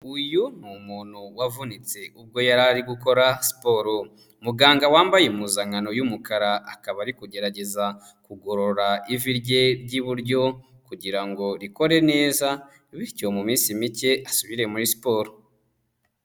Uyu ni umuntu wavunitse ubwo yari ari gukora siporo, muganga wambaye impuzankano y'umukara, akaba ari kugerageza kugorora ivi rye ry'iburyo kugira ngo rikore neza, bityo mu minsi mike asubire muri siporo.